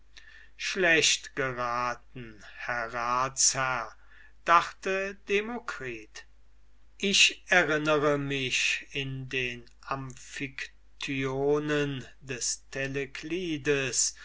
schlecht geraten herr ratsherr dachte demokritus ich erinnere mich in den amphiktyonen des